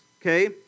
okay